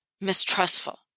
mistrustful